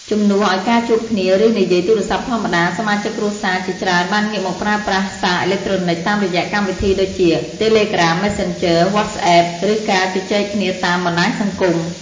ជំនួសឲ្យការជួបគ្នា ឬនិយាយទូរស័ព្ទធម្មតា សមាជិកគ្រួសារជាច្រើនបានងាកមកប្រើប្រាស់ សារអេឡិចត្រូនិច តាមរយៈកម្មវិធីដូចជា Telegram, Messenger, WhatsApp ឬការជជែកគ្នាតាម បណ្តាញសង្គម។